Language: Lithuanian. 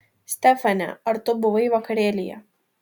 stefane ar tu buvai vakarėlyje